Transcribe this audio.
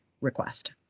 request